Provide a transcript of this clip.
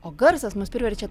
o garsas mus priverčia